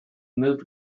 moved